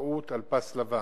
בפראות על פס לבן.